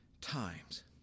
times